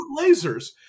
lasers